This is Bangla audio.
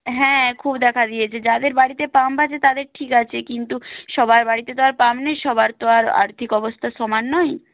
হ্যাঁ খুব দেখা দিয়েছে যাদের বাড়িতে পাম্প আছে তাদের ঠিক আছে কিন্তু সবার বাড়িতে তো আর পাম্প নেই সবার তো আর আর্থিক অবস্থা সমান নয়